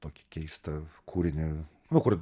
tokį keistą kūrinį nu kur